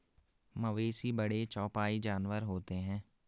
मवेशी बड़े चौपाई जानवर होते हैं